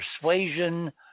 persuasion